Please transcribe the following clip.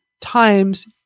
times